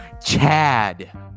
Chad